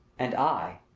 and i,